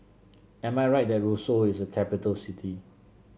am I right that Roseau is capital city